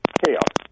chaos